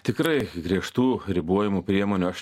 tikrai griežtų ribojimų priemonių aš